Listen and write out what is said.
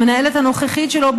למנהלת הנוכחית שלו,